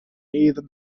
either